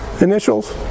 initials